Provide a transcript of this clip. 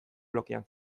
blokean